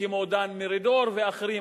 כמו דן מרידור ואחרים,